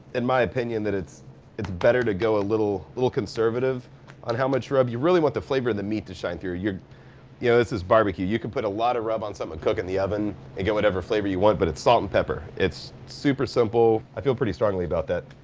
in my opinion, that it's it's better to go a little little conservative on how much rub. you really want the flavor of the meat to shine through. you you know, this is barbecue. you could put a lot of rub on something um and cook in the oven and get whatever flavor you want, but it's salt and pepper. it's super simple. i feel pretty strongly about that.